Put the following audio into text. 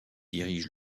dirige